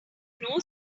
know